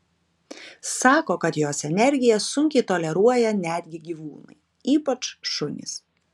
sako kad jos energiją sunkiai toleruoja netgi gyvūnai ypač šunys